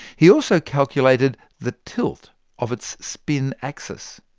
he also calculated the tilt of its spin axis.